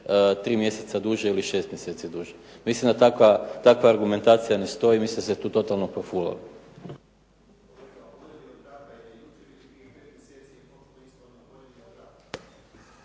3 mjeseca duže ili 6 mjeseci duže. Mislim da takva argumentacija ne stoji, mislim da ste tu totalno profulali.